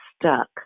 stuck